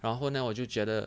然后 neh 我就觉得